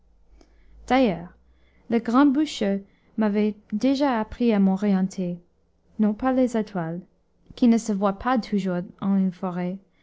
d'ailleurs le grand bûcheux m'avait déjà appris à m'orienter non par les étoiles qui ne se voient pas toujours en une forêt